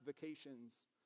vacations